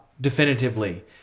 definitively